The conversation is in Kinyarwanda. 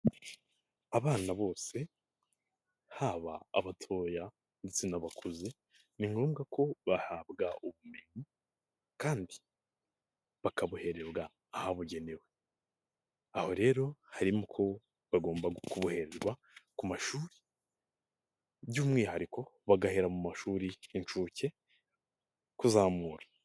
Abana bose haba abatoya ndetse n'abakuze, ni ngombwa ko bahabwa ubumenyi kandi bakabuherembwa ahabugenewe, aho rero harimo ko bagomba koboherezwa ku mashuri by'umwihariko bagahera mu mashuri inshuke kuzamura.